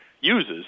uses